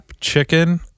chicken